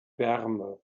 wärme